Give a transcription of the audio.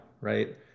right